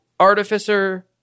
artificer